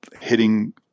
hitting